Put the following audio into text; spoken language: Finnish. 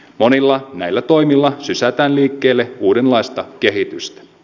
monilla näillä toimilla sysätään liikkeelle uudenlaista kehitystä